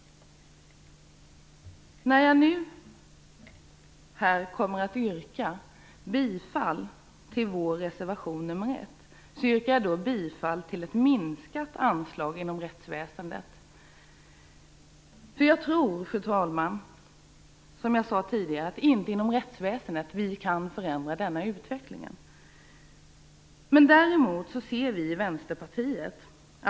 När jag här kommer att yrka bifall till vår reservation nr 1 yrkar jag bifall till ett minskat anslag för rättsväsendet. Som jag tidigare sade tror jag inte att det är inom rättsväsendet vi kan förändra utvecklingen.